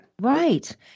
Right